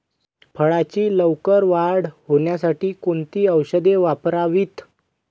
फळाची लवकर वाढ होण्यासाठी कोणती औषधे वापरावीत?